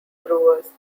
brewers